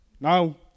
Now